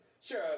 Sure